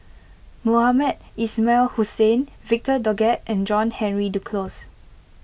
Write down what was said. Mohamed Ismail Hussain Victor Doggett and John Henry Duclos